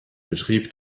betrieb